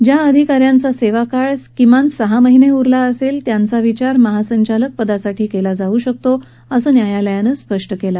ज्या अधिका यांचा सेवाकाळ किमान सहा महिने उरला असेल त्यांचा विचार महासंचालक पदासाठी केला जाऊ शकतो असं न्यायालयानं स्पष्ट केलं